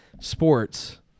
sports